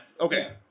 Okay